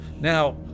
Now